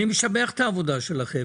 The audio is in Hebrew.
אני משבח את העבודה שלכם,